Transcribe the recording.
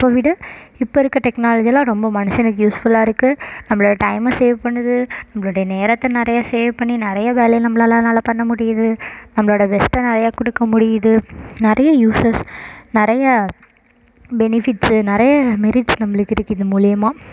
அப்போ விட இப்போ இருக்கற டெக்னாலஜிலாம் ரொம்ப மனுஷனுக்கு யூஸ்ஃபுல்லாக இருக்குது நம்மளோட டைமை சேவ் பண்ணுது நம்மளோடைய நேரத்தை நிறையா சேவ் பண்ணி நிறைய வேலை நம்மளால அதனால் பண்ண முடியுது நம்மளோட பெஸ்ட்டை நிறையா கொடுக்க முடியுது நிறைய யூஸஸ் நிறைய பெனிஃபிட்ஸு நிறைய மெரிட்ஸ் நம்மளுக்கு இருக்குது இது மூலிமா